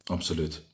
Absoluut